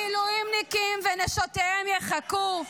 המילואימניקים ונשותיהם יחכו,